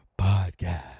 podcast